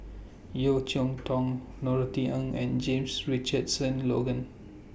Yeo Cheow Tong Norothy Ng and James Richardson Logan